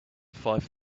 five